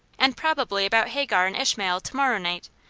and probably about hagar and ishmael to-morrow night,